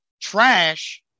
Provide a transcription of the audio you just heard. trash